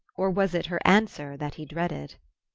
or was it her answer that he dreaded?